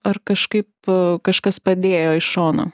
ar kažkaip kažkas padėjo iš šono